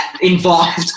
involved